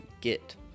get